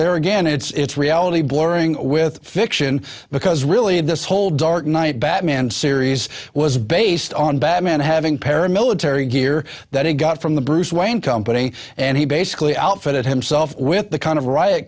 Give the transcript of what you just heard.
there again it's reality blurring with fiction because really this whole dark knight batman series was based on batman having paramilitary gear that he got from the bruce wayne company and he basically outfitted himself with the kind of riot